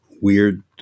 weird